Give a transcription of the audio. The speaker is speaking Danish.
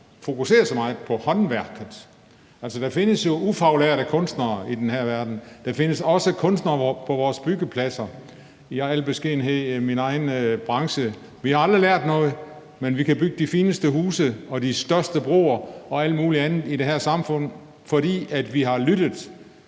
fokuserer så meget på håndværket. Der findes jo ufaglærte kunstnere i den her verden, og der findes også kunstnere på vores byggepladser. I min egen branche har vi aldrig lært noget, men vi kan bygge de fineste huse og de største broer og alt muligt andet i det her samfund, fordi vi har lyttet